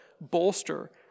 bolster